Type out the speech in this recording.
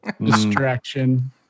distraction